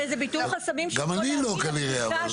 גם אני כנראה.